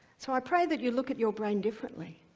so i pray that you'll look at your brain differently,